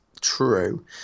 True